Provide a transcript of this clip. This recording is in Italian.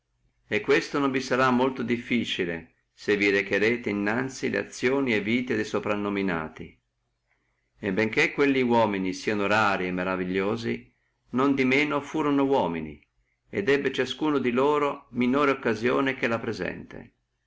fia molto difficile se vi recherete innanzi le azioni e vita dei soprannominati e benché quelli uomini sieno rari e maravigliosi non di manco furono uomini et ebbe ciascuno di loro minore occasione che la presente